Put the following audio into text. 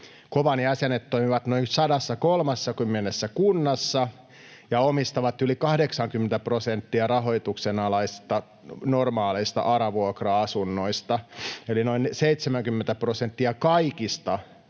KOVAn jäsenet toimivat noin 130 kunnassa ja omistavat yli 80 prosenttia rajoituksenalaisista normaaleista ARA-vuokra-asunnoista eli noin 70 prosenttia kaikista